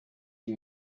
die